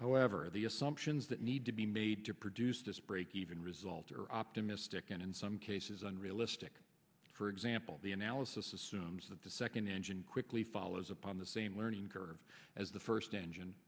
however the assumptions that need to be made to produce this breakeven result are optimistic and in some cases unrealistic for example the analysis assumes that the second engine quickly follows upon the same learning curve as the first engine